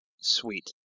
sweet